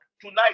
tonight